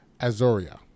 Azoria